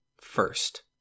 first